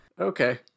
Okay